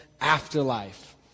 Afterlife